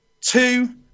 Two